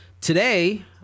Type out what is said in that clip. Today